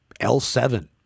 L7